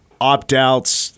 opt-outs